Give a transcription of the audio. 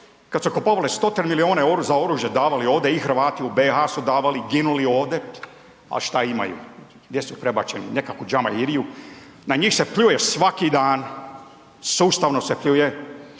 kad su kupovali stotine milijune za oružje davali ovde i Hrvati u BiH su davali, ginuli ovde, a šta imaju, gdje su prebačeni, u neku džamairiju. Na njih se pljuje svaki dan, sustavno se pljuje